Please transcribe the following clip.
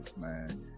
man